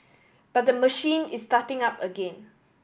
but the machine is starting up again